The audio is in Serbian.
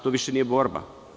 To više nije borba.